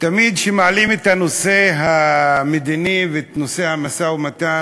תמיד כשמעלים את הנושא המדיני ואת נושא המשא-ומתן,